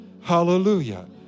hallelujah